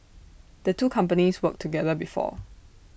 the two companies worked together before